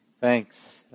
Thanks